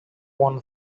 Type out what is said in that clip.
won